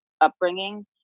upbringing